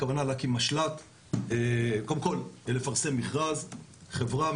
הכוונה להקים משל"ט, קודם כל לפרסם מכרז, חברה.